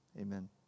Amen